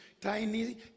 tiny